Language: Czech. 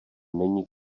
není